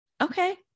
okay